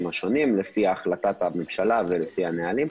השונים לפי החלטת הממשלה ולפי הנהלים,